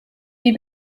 die